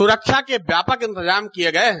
सुरक्षा के व्यापक इंतजाम किए गए हैं